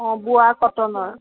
অঁ বোৱা কটনৰ